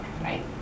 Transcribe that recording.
right